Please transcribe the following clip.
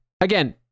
again